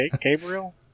Gabriel